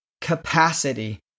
capacity